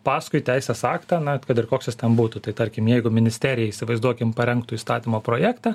paskui teisės aktą na kad ir koks jis ten būtų tai tarkim jeigu ministerija įsivaizduokim parengtų įstatymo projektą